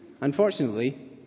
Unfortunately